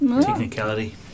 technicality